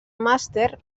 màster